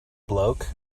bloke